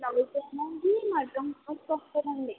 బ్లౌజేనాండి మగ్గం వర్క్ వస్తుందండి